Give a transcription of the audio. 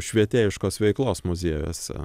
švietėjiškos veiklos muziejuose